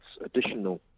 additional